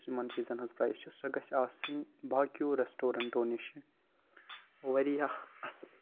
یۄس یِمَن چیٖزَن ہٕنٛز پرایِس چھِ سۄ گٔژھِ آسٕنۍ باقیو ریٚسٹَورَنٛٹَو نِشہِ واریاہ اَصٕل